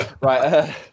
Right